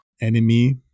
enemy